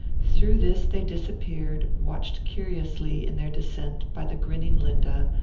through this they disappeared, watched curiously in their descent by the grinning linda,